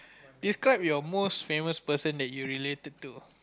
describe your most famous person that you related to